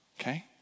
okay